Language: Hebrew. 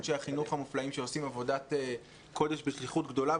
אנשי החינוך המופלאים שעושים עבודת קודש ושליחות גדולה,